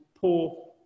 poor